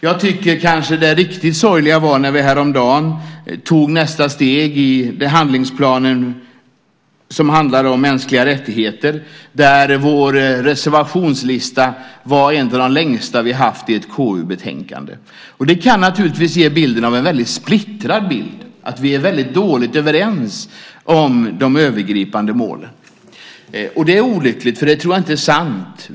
Jag tycker kanske att det riktigt sorgliga var när vi häromdagen tog nästa steg i handlingsplanen om mänskliga rättigheter, där vår reservationslista var en av de längsta vi haft i ett KU-betänkande. Det kan naturligtvis ge en väldigt splittrad bild, en bild av att vi är väldigt dåligt överens om de övergripande målen. Det är olyckligt, för jag tror inte att det är sant.